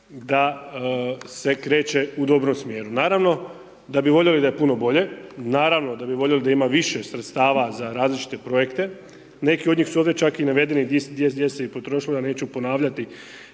da se kreće u dobrom smjeru. Naravno da bi voljeli da je puno bolje, naravno da bi voljeli da ima više sredstava za različite projekte. Neki ovdje su čak i navedene gdje se je i potrošilo, ja neću ponavljati,